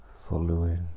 following